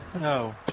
No